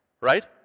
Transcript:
Right